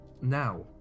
Now